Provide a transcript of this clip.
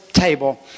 table